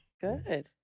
Good